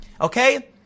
Okay